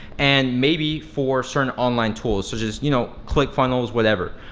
and maybe for certain online tools such as you know clickfunnels, whatever.